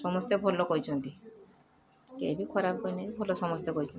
ସମସ୍ତେ ଭଲ କହିଛନ୍ତି କେହି ବି ଖରାପ କହିନାହାଁନ୍ତି ଭଲ ସମସ୍ତେ କହିଛନ୍ତି